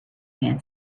man